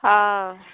हँ